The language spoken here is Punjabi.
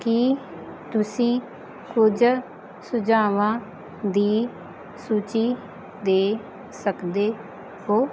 ਕੀ ਤੁਸੀਂ ਕੁਝ ਸੁਝਾਵਾਂ ਦੀ ਸੂਚੀ ਦੇ ਸਕਦੇ ਹੋ